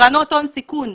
קרנות הון סיכון,